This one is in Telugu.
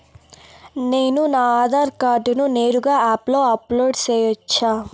నేను నా ఆధార్ కార్డును నేరుగా యాప్ లో అప్లోడ్ సేయొచ్చా?